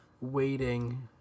waiting